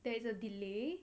there is a delay